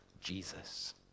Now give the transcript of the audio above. Jesus